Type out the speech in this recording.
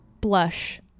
Blush